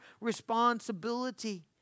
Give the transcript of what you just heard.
responsibility